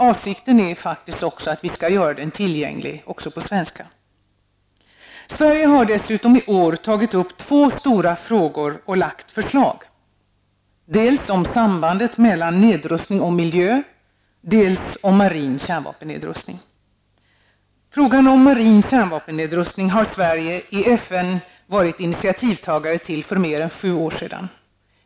Avsikten är att vi skall göra den tillgänglig också på svenska. Sverige har dessutom i år tagit upp två stora frågor och lagt fram förslag: dels om sambandet mellan nedrustning och miljö, dels om marin kärnvapennedrustning. Sverige i FN varit initiativtagare till för mer än sju år sedan.